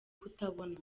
kutabona